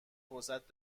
فرصت